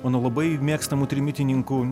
mano labai mėgstamu trimitininku